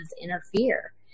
interfere